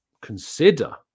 consider